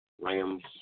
Rams